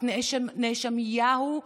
את "נאשמיהו",